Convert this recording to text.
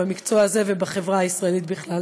במקצוע הזה ובחברה הישראלית בכלל.